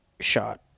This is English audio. shot